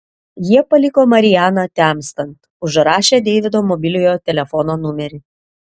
jie paliko marianą temstant užrašę deivido mobiliojo telefono numerį